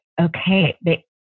okay